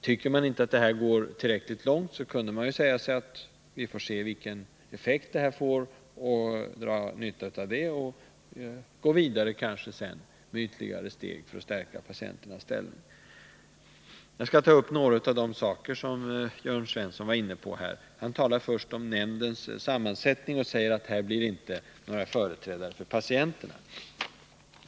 Tycker man inte att förslaget går tillräckligt långt, kunde man ju säga att vi får se vilka effekter förslaget får, dra nytta av den erfarenheten och kanske gå vidare med ytterligare steg för att stärka patienternas ställning. Jag skall ta upp några av de saker som Jörn Svensson var inne på. Han talade först om nämndens sammansättning och sade att det inte blir några företrädare för patienterna.